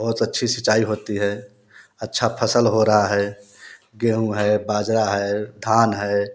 बहुत अच्छी सिंचाई होती है अच्छा फसल हो रहा है गेहूँ है बाजरा है धान है